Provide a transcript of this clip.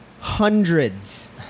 hundreds